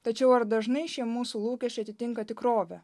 tačiau ar dažnai šie mūsų lūkesčiai atitinka tikrovę